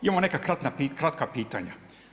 Imamo neka kratka pitanja.